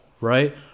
right